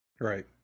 right